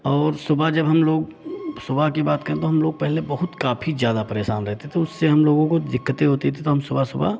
और सुबह जब हम लोग सुबह की बात करें तो हम लोग पहले बहुत काफ़ी ज़्यादा परेशान रहते थे उससे हम लोगों को दिक्कतें होती थी तो हम सुबह सुबह